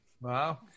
Wow